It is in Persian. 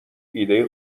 ایده